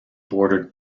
bordered